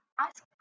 Ask